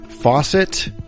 faucet